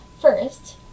first